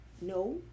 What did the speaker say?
no